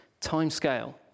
timescale